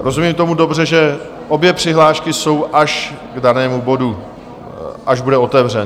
Rozumím tomu dobře, že obě přihlášky jsou až k danému bodu, až bude otevřen?